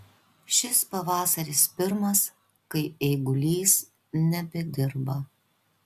šis pavasaris pirmas kai eigulys nebedirba